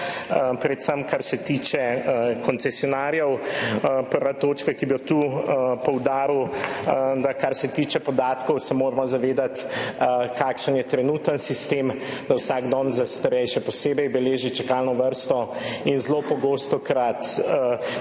predvsem kar se tiče koncesionarjev. Prva točka, ki bi jo tu poudaril, je, da se, kar se tiče podatkov, moramo zavedati, kakšen je trenutni sistem, da vsak dom za starejše posebej beleži čakalno vrsto in zelo pogosto lahko